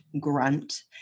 grunt